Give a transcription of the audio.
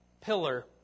pillar